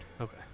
Okay